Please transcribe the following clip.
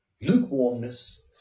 lukewarmness